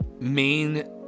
main